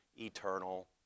eternal